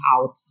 out